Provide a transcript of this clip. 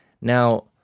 Now